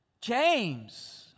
James